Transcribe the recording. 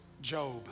Job